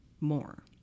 more